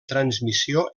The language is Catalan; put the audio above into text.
transmissió